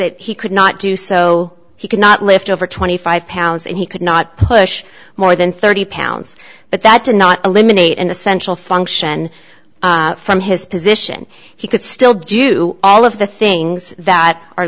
that he could not do so he could not lift over twenty five pounds and he could not push more than thirty pounds but that did not eliminate an essential function from his position he could still do all of the things that are